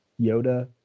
Yoda